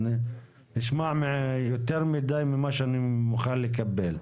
זה נשמע יותר ממה שאני מוכן לקבל.